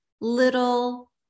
little